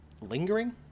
lingering